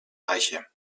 eiche